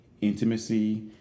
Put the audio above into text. intimacy